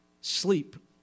Sleep